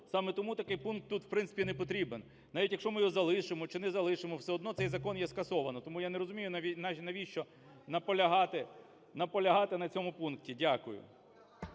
Саме тому такий пункт тут, в принципі, не потрібен. Навіть, якщо ми його залишимо чи не залишимо все одно цей закон є скасовано. Тому я не розумію навіщо наполягати… наполягати на цьому пункті. Дякую.